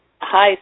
Hi